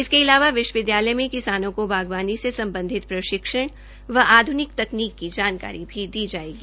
इसके इलावा विश्वविद्यालय में किसानों को बागवानी से संबंधित प्रशिक्षण व आध्रनिक तकनीक की जानकारी भी दी जाएगी